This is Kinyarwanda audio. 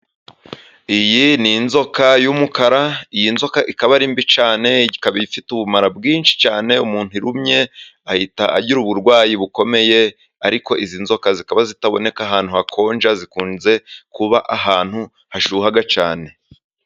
Iyi ni inzoka y'umukara, iyi nzoka ikaba ari mbi cyane, ikaba ifite ubumara bwinshi cyane, umuntu irumye ahita agira uburwayi bukomeye, ariko izi nzoka zikaba zitaboneka ahantu hakonje, zikunze kuba ahantu hashyuha cyane.